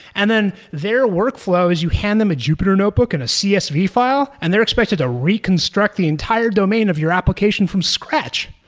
and then their workflow is you hand them a jupyter notebook and a csv file and they're expected to reconstruct the entire domain of your application from scratch.